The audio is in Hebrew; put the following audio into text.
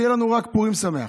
שיהיה לנו רק פורים שמח.